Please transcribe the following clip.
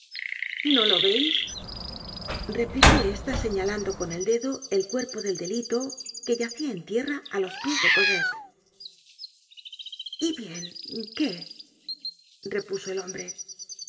no lo veis replicó esta señalando con el dedo el cuerpo del delito que yacia en tierra á los pies de cosette y bien qué repuso el hombre